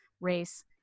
race